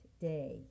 day